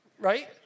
right